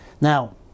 Now